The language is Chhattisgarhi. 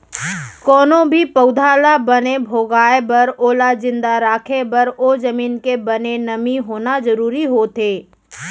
कोनो भी पउधा ल बने भोगाय बर ओला जिंदा राखे बर ओ जमीन के बने नमी होना जरूरी होथे